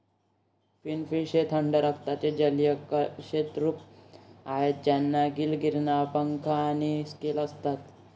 finfish हे थंड रक्ताचे जलीय कशेरुक आहेत ज्यांना गिल किरणांसह पंख आणि स्केल असतात